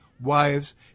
wives